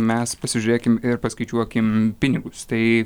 mes pasižiūrėkim ir paskaičiuokim pinigus tai